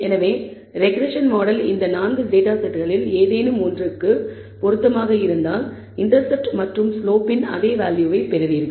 எனவே regression model இந்த 4 data செட்களில் ஏதேனும் ஒன்றிற்கு பொருத்தமாக இருந்தால் இண்டெர்செப்ட் மற்றும் ஸ்லோப்பின் அதே வேல்யூவை பெறுவீர்கள்